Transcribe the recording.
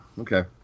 Okay